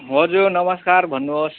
हजुर नमस्कार भन्नुहोस्